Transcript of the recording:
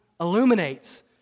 illuminates